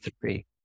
three